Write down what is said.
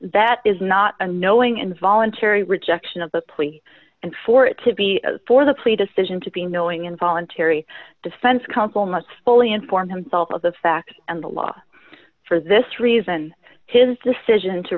that is not a knowing and voluntary rejection of the plea and for it to be for the play decision to be knowing involuntary defense counsel must fully inform himself of the facts and the law for this reason his decision to